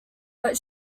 but